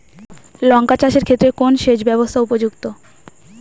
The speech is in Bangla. লঙ্কা চাষের ক্ষেত্রে কোন সেচব্যবস্থা উপযুক্ত?